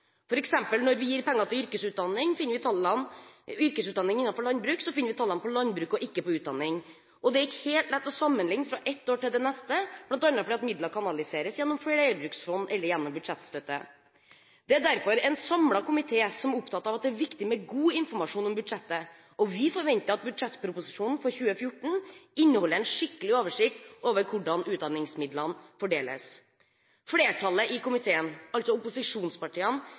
eksempel når vi gir penger til yrkesutdanning innenfor landbruk, finner vi tallene på landbruk og ikke på utdanning. Det er ikke helt lett å sammenlikne fra ett år til det neste, bl.a. fordi midler kanaliseres gjennom flerbrukslån eller gjennom budsjettstøtte. Det er derfor en samlet komité som er opptatt av at det er viktig med god informasjon om budsjettet, og vi forventer at budsjettproposisjonen for 2014 inneholder en skikkelig oversikt over hvordan utdanningsmidlene fordeles. Flertallet i komiteen, altså opposisjonspartiene,